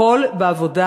הכול בעבודה,